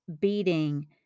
beating